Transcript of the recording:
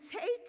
take